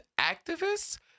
activists